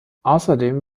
außerdem